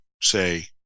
say